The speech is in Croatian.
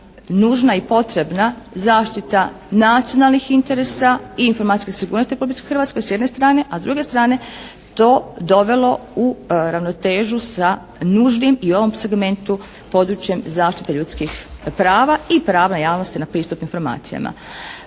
nužna i potrebna zaštita nacionalnih interesa i informacijske sigurnosti u Republici Hrvatskoj s jedne strane, a s druge strane to dovelo u ravnotežu sa nužnim i u ovom segmentu područja zaštite ljudskih prava i prava javnosti na pristup informacijama.